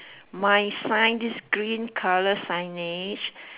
mine sign this green colour signage